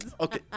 Okay